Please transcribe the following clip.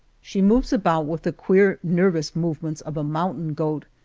she moves about with the queer, nervous movements of a mountain goat,